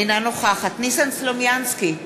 אינה נוכחת ניסן סלומינסקי,